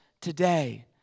today